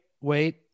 wait